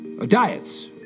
Diets